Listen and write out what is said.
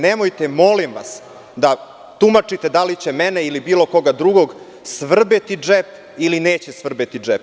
Nemojte, molim vas, da tumačite da li će mene ili bilo koga drugog svrbeti ili neće svrbeti džep.